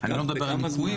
אני לא מדבר על ניכויים,